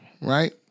Right